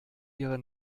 ihre